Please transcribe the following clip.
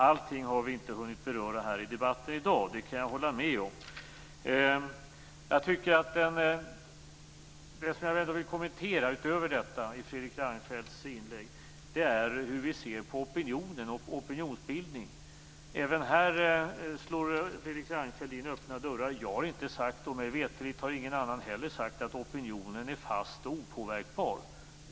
Allting har vi inte kunnat beröra i debatten här i dag - det kan jag hålla med om. Det som jag utöver detta vill kommentera i Fredrik Reinfeldts inlägg är hur vi ser på opinionen och opinionsbildningen. Även här slår han in öppna dörrar. Jag har inte sagt - och mig veterligt ingen annan heller - att opinionen är fast och opåverkbar.